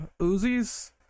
uzis